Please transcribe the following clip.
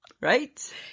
Right